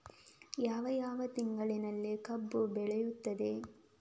ಯಾವ ಯಾವ ತಿಂಗಳಿನಲ್ಲಿ ಕಬ್ಬು ಬೆಳೆಯುತ್ತದೆ?